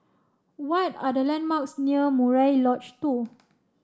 what are the landmarks near Murai Lodge Two